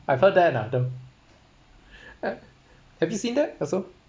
I felt that lah the uh have you seen that also